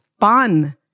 fun